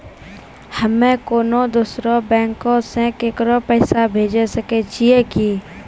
हम्मे कोनो दोसरो बैंको से केकरो पैसा भेजै सकै छियै कि?